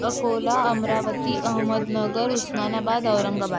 Akola Amravati Ahmednagar Osmanabad Aurangabad